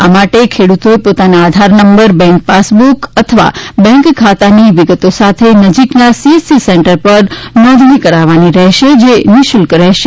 આ માટે ખેડૂતોએ પોતાના આધાર નંબર બેંક પાસબુક અથવા બેંક ખાતાની વિગતો સાથે નજીકના સીએસસી સેન્ટર પર નોંધણી કરાવવાની રહેશે જે નિઃશુલ્ક રહેશે